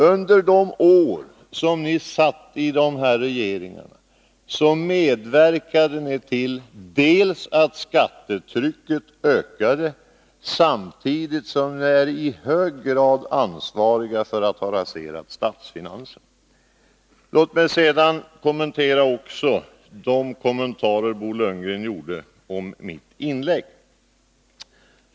Under de år som ni satt i de här regeringarna medverkade ni till att skattetrycket ökade. Samtidigt är ni i hög grad ansvariga för att ha raserat statsfinanserna. Låt mig sedan beröra även de kommentarer Bo Lundgren gjorde om mitt inlägg.